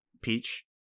Peach